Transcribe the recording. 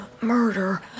murder